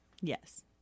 Yes